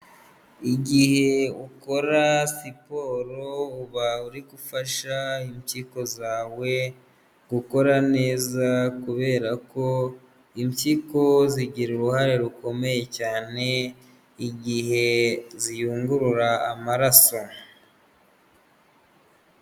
Igihe ukora siporo uba uri gufasha impyiko zawe gukora neza, kubera ko impyiko zigira uruhare rukomeye cyane, igihe ziyungurura amaraso.